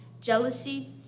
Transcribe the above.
jealousy